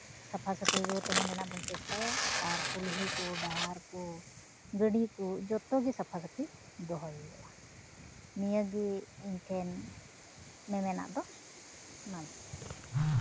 ᱥᱟᱯᱷᱟ ᱥᱟᱯᱷᱤ ᱜᱮ ᱛᱟᱦᱮᱱ ᱨᱮᱱᱟᱜ ᱵᱚᱱ ᱪᱮᱥᱴᱟᱭᱟ ᱟᱨ ᱠᱩᱞᱦᱤ ᱠᱚ ᱰᱟᱦᱟᱨ ᱠᱚ ᱜᱟᱹᱰᱤ ᱠᱚ ᱡᱚᱛᱚ ᱜᱮ ᱥᱟᱯᱷᱟ ᱥᱟᱯᱷᱤ ᱫᱚᱦᱚᱭ ᱦᱩᱭᱩᱜᱼᱟ ᱱᱤᱭᱟᱹᱜᱮ ᱤᱧᱴᱷᱮᱱ ᱢᱮᱢᱮᱱᱟᱜ ᱫᱚ ᱚᱱᱟᱜᱮ